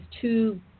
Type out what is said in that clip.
two